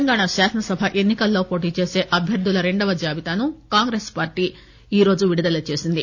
తెలంగాణా శాసనసభ ఎన్ని కల్లో పోటీచేసి అభ్యర్దుల రెండో జాబితాను కాంగ్రెస్ పార్టీ ఈ రోజు విడుదల చేసింది